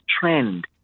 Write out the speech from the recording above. trend